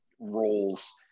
roles